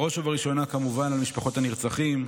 בראש ובראשונה כמובן משפחות הנרצחים,